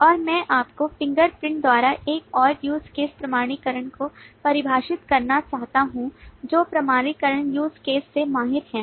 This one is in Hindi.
और मैं आपको फिंगरप्रिंट द्वारा एक और use case प्रमाणीकरण को परिभाषित करना चाहता हूं जो प्रमाणीकरण use cases से माहिर है